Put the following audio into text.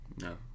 No